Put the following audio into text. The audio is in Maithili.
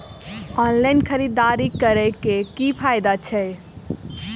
ऑनलाइन खरीददारी करै केँ की फायदा छै?